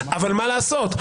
אבל מה לעשות,